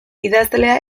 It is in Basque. idazlea